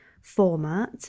format